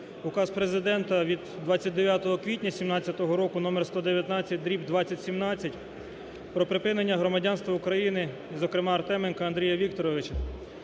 Указ Президента від 29 квітня 2017 року номер 119/2017 "Про припинення громадянства України", зокрема, Артеменка Андрія Вікторовича.